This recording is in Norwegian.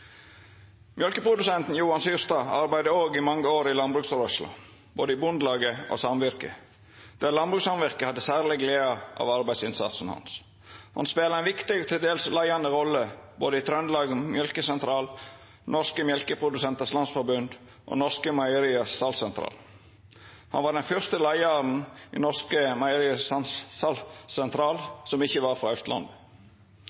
Mjølkeprodusenten Johan Syrstad arbeidde òg i mange år i landbruksrøyrsla, både i Bondelaget og i samvirket, der landbrukssamvirket hadde særleg glede av arbeidsinnsatsen hans. Han spela ein viktig og til dels leiande rolle i både Trøndelag melkesentral, Norske Melkeprodusenters Landsforbund og Norske Meieriers Salgssentral, NMS. Han var den fyrste leiaren i